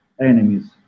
enemies